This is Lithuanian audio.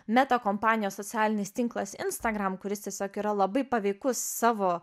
metakompanijos socialinis tinklas instagram kuris tiesiog yra labai paveikus savo